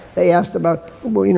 they asked about, well, you know